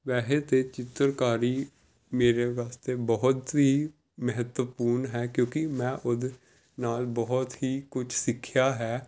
ਵੈਸੇ ਤਾਂ ਚਿੱਤਰਕਾਰੀ ਮੇਰੇ ਵਾਸਤੇ ਬਹੁਤ ਹੀ ਮਹੱਤਵਪੂਰਨ ਹੈ ਕਿਉਂਕਿ ਮੈਂ ਉਹਦੇ ਨਾਲ ਬਹੁਤ ਹੀ ਕੁਛ ਸਿੱਖਿਆ ਹੈ